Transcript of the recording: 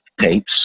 tapes